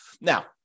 Now